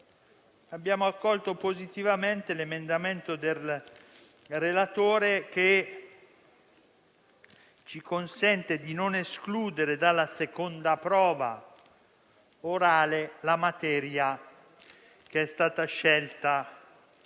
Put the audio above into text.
abbiamo accolto positivamente l'emendamento del relatore che consente di non escludere dalla seconda prova orale la materia che è stata scelta